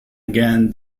again